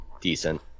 decent